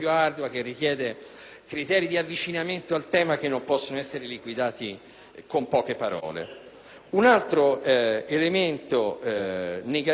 Un altro elemento negativo, e qui ritorno